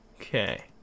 Okay